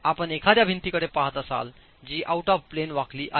आपण एखाद्या भिंतीकडे पहात असाल जी आऊट ऑफ प्लेन वाकली आहे